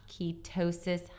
ketosis